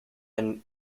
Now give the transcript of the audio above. and